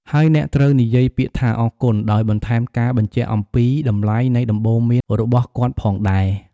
ហើយអ្នកត្រូវនិយាយពាក្យថា អរគុណ ដោយបន្ថែមការបញ្ជាក់អំពីតម្លៃនៃដំបូន្មានរបស់គាត់ផងដែរ។